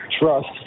trust